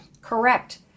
Correct